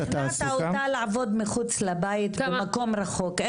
טוב, שכנעת אותה לעבוד מחוץ לבית במקום רחוק?